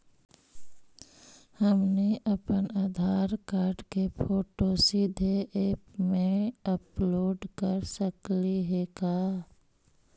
हमनी अप्पन आधार कार्ड के फोटो सीधे ऐप में अपलोड कर सकली हे का?